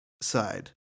side